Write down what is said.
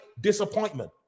disappointment